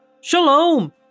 Shalom